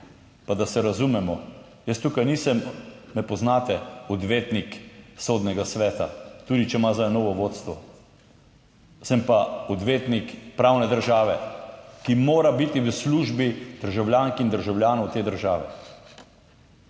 Pa da se razumemo, jaz tukaj nisem, me poznate, odvetnik Sodnega sveta, tudi če ima zdaj novo vodstvo, sem pa odvetnik pravne države, ki mora biti v službi državljank in državljanov te države.